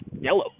yellow